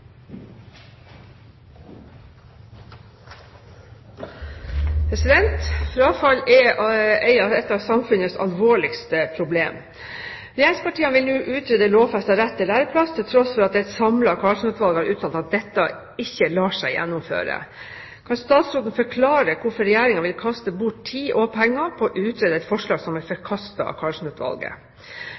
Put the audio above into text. Frafall er et av samfunnets alvorligste problem. Regjeringspartiene vil nå utrede lovfestet rett til læreplass, til tross for at et samlet Karlsen-utvalg har uttalt at dette ikke lar seg gjennomføre. Kan statsråden forklare hvorfor Regjeringen vil kaste bort tid og penger på å utrede et forslag som er forkastet av